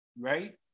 right